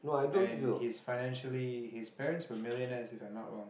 and he's financially his parents were millionaires if I'm not wrong